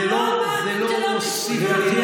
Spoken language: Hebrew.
זה לא שקר?